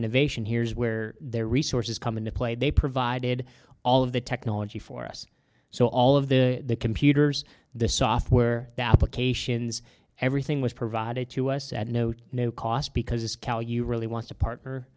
innovation here's where their resources come into play they provided all of the technology for us so all of the computers the software applications everything was provided to us at note no cost because this cal you really want to partner